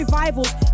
revivals